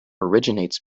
originates